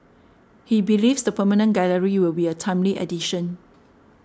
he believes the permanent gallery will be a timely addition